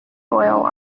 oil